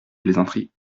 plaisanteries